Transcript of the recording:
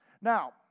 Now